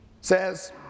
Says